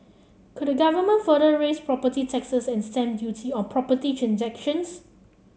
could the Government further raise property taxes and stamp duty on property transactions